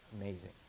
Amazing